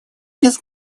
без